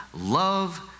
love